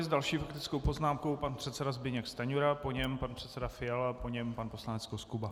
S další faktickou poznámkou pan předseda Zbyněk Stanjura, po něm pan předseda Fiala, po něm pan poslanec Koskuba.